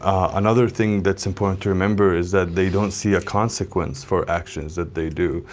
another thing that's important to remember is that they don't see a consequence for actions that they do,